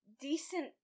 decent